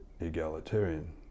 egalitarian